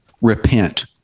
repent